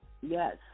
Yes